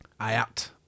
Ayat